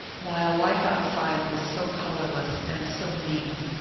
while life outside was so colorless and so mean,